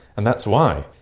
and that's why,